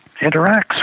interacts